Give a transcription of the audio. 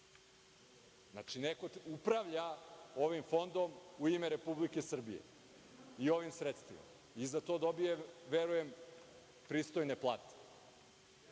Znači, neko upravlja ovim fondom u ime Republike Srbije i ovim sredstvima i za to dobija, verujem, pristojne plate.